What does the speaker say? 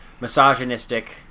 misogynistic